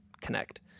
connect